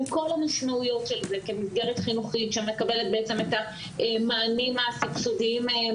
עם כל המשמעויות של זה כמסגרת חינוכית שמקבלת בעצם את המענים מהמדינה,